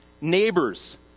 Neighbors